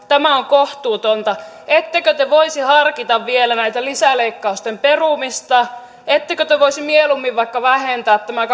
tämä on kohtuutonta ettekö te voisi harkita vielä näiden lisäleikkausten perumista ettekö te voisi mieluummin vaikka vähentää tämän